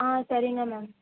ஆ சரிங்க மேம்